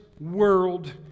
world